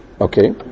Okay